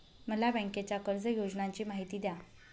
मला बँकेच्या कर्ज योजनांची माहिती द्या